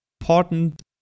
important